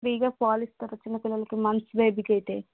ఫ్రీగా పాలు ఇస్తారు చిన్నపిల్లలకి మంత్స్ బేబీకి అయితే